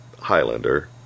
Highlander